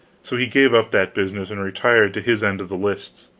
so he gave up that business and retired to his end of the lists.